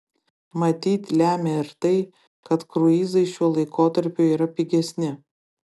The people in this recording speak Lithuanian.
matyt lemia ir tai kad kruizai šiuo laikotarpiu yra pigesni